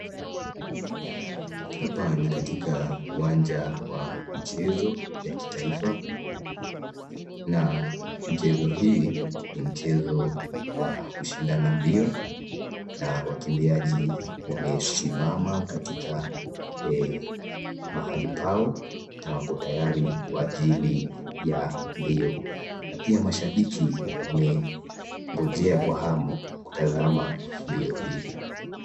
Hapa ni katika uwanja wa mchezo ya kitaifa na mchezo hii ni mchezo wa kushindana mbio. Na wakimbiaji wamesimama katika mahali pao na wako tayari kwa ajili ya mbio na pia mashabiki wamengojea kwa hamu kutazama mbio hii.